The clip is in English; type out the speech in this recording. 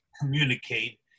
communicate